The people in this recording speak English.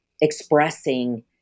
expressing